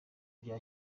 bya